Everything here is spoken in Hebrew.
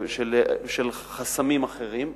של חסמים אחרים,